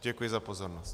Děkuji za pozornost.